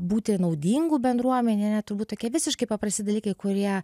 būti naudingu bendruomenėje ane turbūt tokie visiškai paprasti dalykai kurie